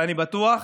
ואני בטוח